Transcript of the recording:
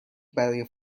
برای